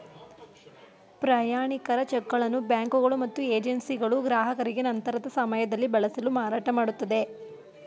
ಪ್ರಯಾಣಿಕರ ಚಿಕ್ಗಳನ್ನು ಬ್ಯಾಂಕುಗಳು ಮತ್ತು ಏಜೆನ್ಸಿಗಳು ಗ್ರಾಹಕರಿಗೆ ನಂತರದ ಸಮಯದಲ್ಲಿ ಬಳಸಲು ಮಾರಾಟಮಾಡುತ್ತದೆ